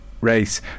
race